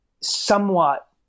somewhat